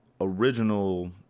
original